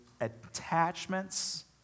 Attachments